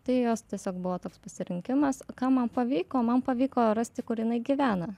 tai jos tiesiog buvo toks pasirinkimas ką man pavyko man pavyko rasti kur jinai gyvena